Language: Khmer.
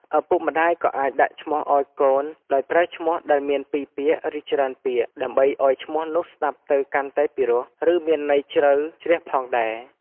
ឪពុកម្តាយក៏អាចដាក់ឈ្មោះឲ្យកូនដោយប្រើឈ្មោះដែលមានពីរពាក្យ ឬច្រើនពាក្យ ដើម្បីឱ្យឈ្មោះនោះស្តាប់ទៅកាន់តែពិរោះ ឬមានអត្ថន័យជ្រៅជ្រះផងដែរ។